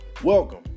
Welcome